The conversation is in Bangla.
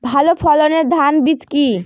ভালো ফলনের ধান বীজ কি?